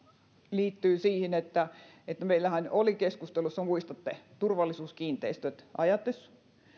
liittyy siihen että että meillähän oli keskustelussa muistatte turvallisuuskiinteistöt ajatus